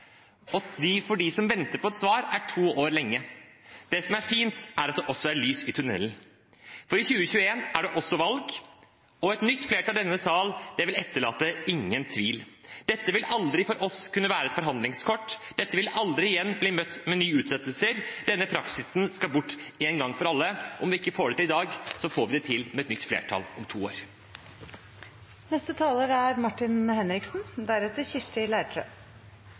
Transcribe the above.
innlegg. De snakker om samvittighetsspørsmål. Vi har friskt i minne hva statsministeren har vært villig til å gi Kristelig Folkeparti i samvittighetsspørsmål – friskt i minne har vi abortsaken, reservasjonsretten og andre saker. Til slutt: Vi hørte fra ministeren at vi kunne få klar en utredning i 2021. For dem som venter på et svar, er to år lenge. Det som er fint, er at det er lys i tunnelen, for i 2021 er det også valg, og et nytt flertall i denne sal vil ikke etterlate noen tvil. Dette vil for oss aldri være et forhandlingskort, dette vil aldri igjen bli møtt med nye utsettelser. Denne